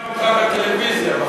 הוא שומע אותך בטלוויזיה בחדר.